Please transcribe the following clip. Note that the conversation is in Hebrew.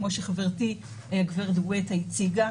כדי כבודכם תבינו למה אנחנו כל כך משוכנעים שזה הפתרון שצריך לקרות.